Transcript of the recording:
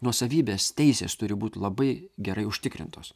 nuosavybės teisės turi būt labai gerai užtikrintos